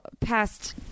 past